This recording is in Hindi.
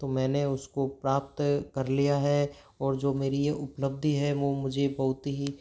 तो मैंने उसको प्राप्त कर लिया है और जो मेरी ये उपलब्धि है वो मुझे बहुत ही